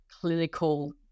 clinical